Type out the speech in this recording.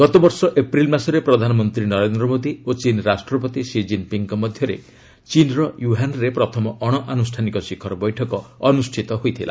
ଗତବର୍ଷ ଏପ୍ରିଲ ମାସରେ ପ୍ରଧାନମନ୍ତ୍ରୀ ନରେନ୍ଦ୍ର ମୋଦି ଓ ଚୀନ ରାଷ୍ଟ୍ରପତି ଷି ଜିନପିଙ୍ଗ୍ଙ୍କ ମଧ୍ୟରେ ଚୀନର ଓ୍ୱହାନ୍ରେ ପ୍ରଥମ ଅଣଆନୁଷ୍ଠାନିକ ଶିଖର ବୈଠକ ଅନୁଷ୍ଠିତ ହୋଇଥିଲା